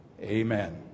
Amen